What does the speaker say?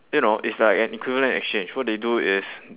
you know it's like an equivalent exchange what they do is